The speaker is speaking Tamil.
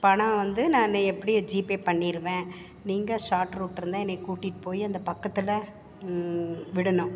பணம் வந்து நான் எப்படியும் ஜிபே பண்ணிடுவேன் நீங்கள் ஷார்ட் ரூட் இருந்தால் என்னை கூட்டிகிட்டு போய் அந்த பக்கத்தில் விடணும்